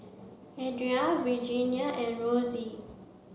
Adria Virgia and Rosie